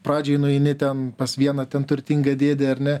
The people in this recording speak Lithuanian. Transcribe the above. pradžiai nueini ten pas vieną ten turtingą dėdę ar ne